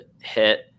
hit